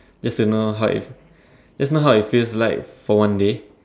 just to know how it just to know how it feels like for one day